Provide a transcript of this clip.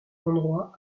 endroit